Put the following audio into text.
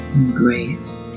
embrace